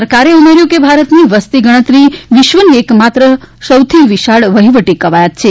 સરકારે ઉમેર્યું કે ભારતની વસતી ગણતરી વિશ્વની એકમાત્ર સૌથી વિશાળ વહીવટી કવાયત છે